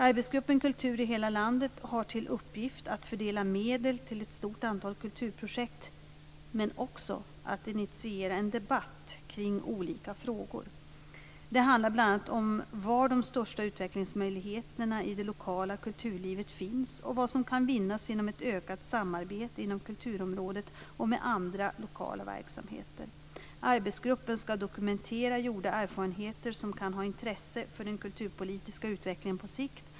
Arbetsgruppen Kultur i hela landet har till uppgift att fördela medel till ett stort antal kulturprojekt men också att initiera en debatt kring olika frågor. Det handlar bl.a. om var de största utvecklingsmöjligheterna i det lokala kulturlivet finns och vad som kan vinnas genom ett ökat samarbete inom kulturområdet och med andra lokala verksamheter. Arbetsgruppen skall dokumentera gjorda erfarenheter som kan ha intresse för den kulturpolitiska utvecklingen på sikt.